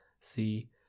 see